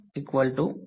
મોટેથી